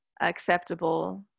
acceptable